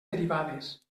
derivades